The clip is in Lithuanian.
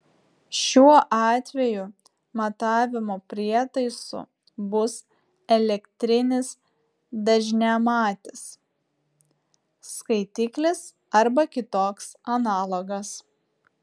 šiuo atveju matavimo prietaisu bus elektrinis dažniamatis skaitiklis arba kitoks analogas